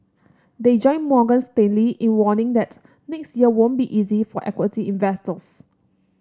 they join Morgan Stanley in warning that next year won't be easy for equity investors